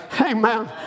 Amen